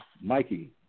Mikey